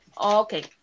Okay